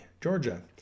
Georgia